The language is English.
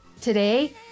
Today